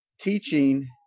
Teaching